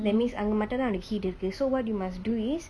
that means I must turn down the heat a little bit so what you must do is